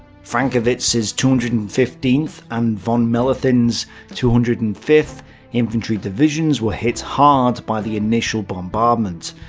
frankewitz's two hundred and fifteenth and von mellenthin's two hundred and fifth infantry divisions were hit hard by the initial bombardment,